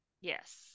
yes